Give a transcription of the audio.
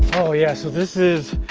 oh yeah, so this is,